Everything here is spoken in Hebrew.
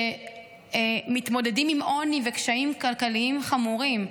מתמודדים עם עוני וקשיים כלכליים חמורים.